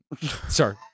sorry